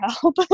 help